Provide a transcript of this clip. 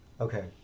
Okay